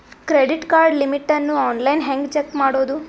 Credit card limit ಅನ್ನು online ಹೆಂಗ್ check ಮಾಡೋದು?